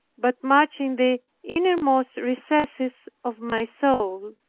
but much in the innermost recesses of my soul.